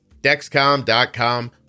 Dexcom.com